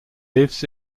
lives